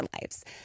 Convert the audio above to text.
lives